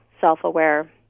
Self-aware